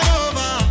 over